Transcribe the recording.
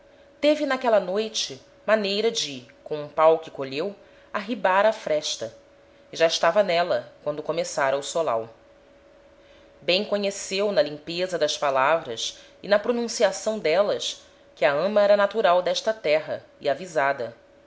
teve n'aquela noite maneira de com um pau que colheu arribar á fresta e já estava n'éla quando começara o solau bem conheceu na limpeza das palavras e na pronunciação d'élas que a ama era natural d'esta terra e avisada